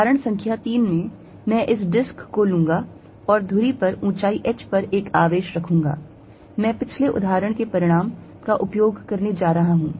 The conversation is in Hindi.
उदाहरण संख्या 3 में मैं इस डिस्क को लूंगा और धुरी पर ऊंचाई h पर एक आवेश रखूंगा मैं पिछले उदाहरण के परिणाम का उपयोग करने जा रहा हूं